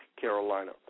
Carolina